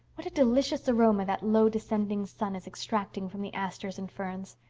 what a delicious aroma that low-descending sun is extracting from the asters and ferns.